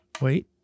Wait